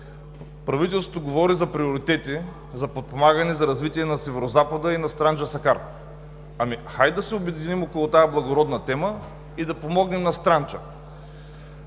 Правителството говори за приоритети за подпомагане и за развитие на Северозапада и на Странджа-Сакар. Ами хайде да се обединим около тази благородна тема и да помогнем на Странджа.